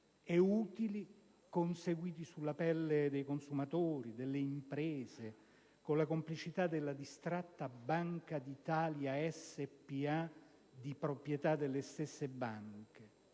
italiane conseguiti sulla pelle dei consumatori e delle imprese, con la complicità della distratta Banca d'Italia spa (di proprietà delle stesse banche).